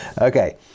Okay